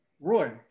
Roy